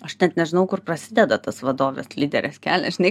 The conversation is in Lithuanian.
aš nežinau kur prasideda tas vadovės lyderės kelias žinai